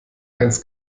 eins